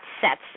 sets